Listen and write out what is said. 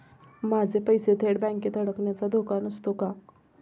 माझे पैसे थेट बँकेत अडकण्याचा धोका नसतो का?